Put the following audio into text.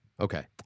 Okay